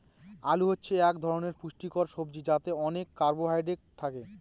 আলু হচ্ছে এক ধরনের পুষ্টিকর সবজি যাতে অনেক কার্বহাইড্রেট থাকে